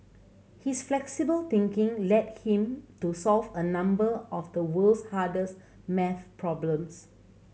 his flexible thinking led him to solve a number of the world's hardest maths problems